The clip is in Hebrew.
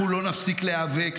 אנחנו לא נפסיק להיאבק.